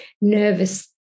nervous